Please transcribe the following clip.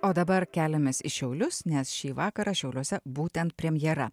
o dabar keliamės į šiaulius nes šį vakarą šiauliuose būtent premjera